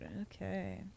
Okay